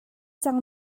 cang